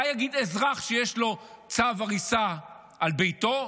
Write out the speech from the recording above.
מה יגיד אזרח שיש לו צו הריסה על ביתו?